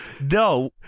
No